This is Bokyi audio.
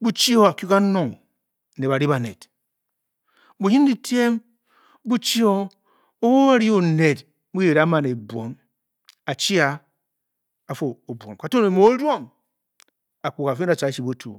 bo chibor a kue ka nor le ba le ba nel bo yen letem bo chi or o le o'nel e nu oria mani bim ar chi ka Tor imo deum a'pkor ka fi nye a chi boku